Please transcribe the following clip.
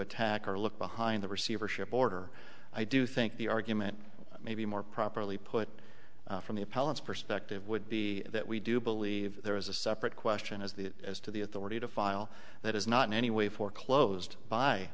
attack or look behind the receivership order i do think the argument may be more properly put from the appellant's perspective would be that we do believe there is a separate question as the as to the authority to file that is not in any way for closed by